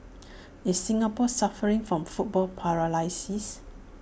is Singapore suffering from football paralysis